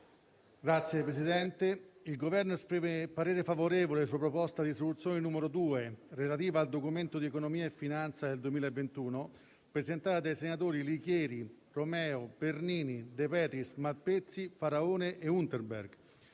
Signor Presidente, il Governo esprime parere favorevole sulla proposta di risoluzione n. 2 (testo 2) relativa al Documento di economia e finanza nel 2021, presentata dai senatori Licheri, Romeo, Bernini, De Petris, Malpezzi, Faraone e Unterberger.